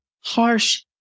harsh